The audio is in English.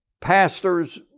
pastors